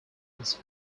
this